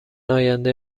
آینده